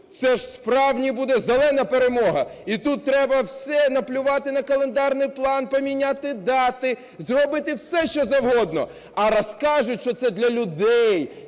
це ж, справді, буде "зелена" перемога. І тут треба все: наплювати на календарний план, поміняти дати, зробити все, що завгодно. А розкажуть, що це для людей,